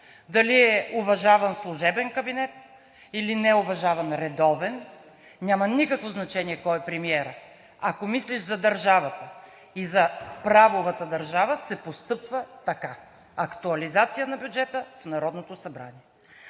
Дали е уважаван служебен кабинет, или неуважаван редовен – няма никакво значение кой е премиерът. Ако мислиш за държавата и за правовата държава, се постъпва така – актуализация на бюджета в Народното събрание.